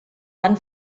tan